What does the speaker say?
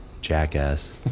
jackass